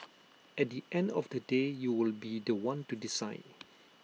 at the end of the day you will be The One to decide